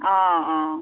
অঁ অঁ